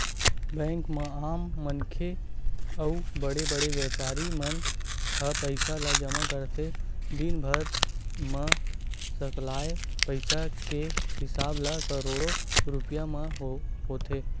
bank म आम मनखे अउ बड़े बड़े बेपारी मन ह पइसा ल जमा करथे, दिनभर म सकलाय पइसा के हिसाब ह करोड़ो रूपिया म होथे